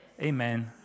Amen